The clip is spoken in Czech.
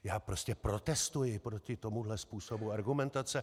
Já prostě protestuji proti tomuhle způsobu argumentace.